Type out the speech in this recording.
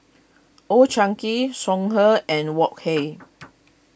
Old Chang Kee Songhe and Wok Hey